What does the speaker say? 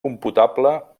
computable